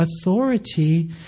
authority